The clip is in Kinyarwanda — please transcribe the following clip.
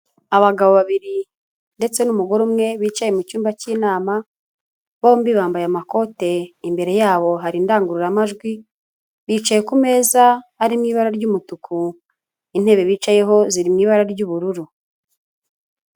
Abagabo babiri ndetse n'umugore umwe bicaye mu cyumba cy'inama, bombi bambaye amakote, imbere yabo hari indangururamajwi, bicaye ku meza harimo ibara ry'umutuku, intebe bicayeho ziri mu ibara ry'ubururu.